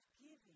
giving